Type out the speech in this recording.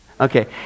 Okay